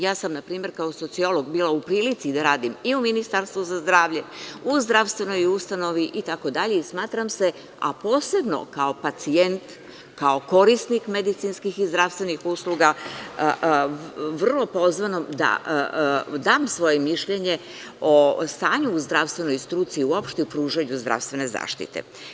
Ja sam, na primer, kao sociolog bila u prilici da radim i u Ministarstvu zdravlja, u zdravstvenoj ustanovi itd, i smatram se, a posebno kao pacijent, kao korisnik medicinskih i zdravstvenih usluga, vrlo pozvanom da dam svoje mišljenje o stanju u zdravstvenoj struci i uopšte u pružanju zdravstvene zaštite.